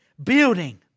Building